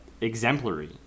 exemplary